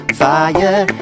fire